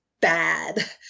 bad